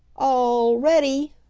all ready!